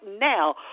now